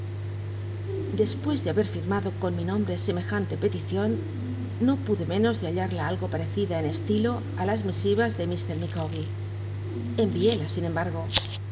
despues de habe lhmado con mi nombre semejante peticion no pude menos ele hallarla algo pa ecida en estilo ií las misivas de mr ilieawhe enviéla sin embargo